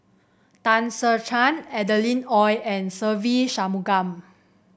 Tan Ser Cher Adeline Ooi and Se Ve Shanmugam